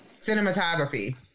cinematography